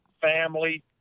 family